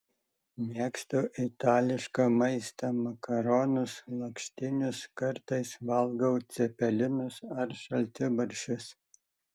mėgstu itališką maistą makaronus lakštinius kartais valgau cepelinus ar šaltibarščius